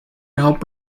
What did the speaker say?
help